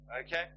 Okay